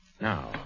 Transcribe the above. Now